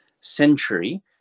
century